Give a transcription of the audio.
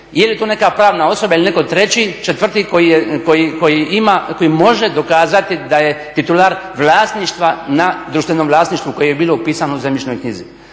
je li to neka pravna osoba ili neko treći, četvrti koji ima, koji može dokazati da je titular vlasništva na društvenom vlasništvu koje je bilo upisano u zemljišnoj knjizi.